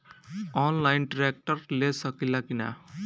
Online tractor ले सकीला कि न?